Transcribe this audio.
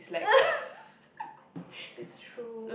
it's true